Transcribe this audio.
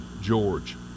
George